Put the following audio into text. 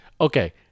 Okay